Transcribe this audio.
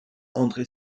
andré